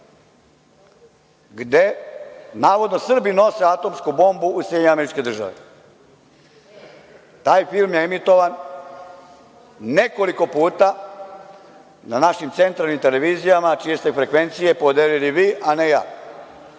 gde, navodno, Srbi nose atomsku bombu u SAD. Taj film je emitovan nekoliko puta na našim centralnim televizijama, čije ste frekvencije podelili vi a ne ja.